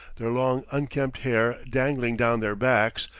their long unkempt hair dangling down their backs,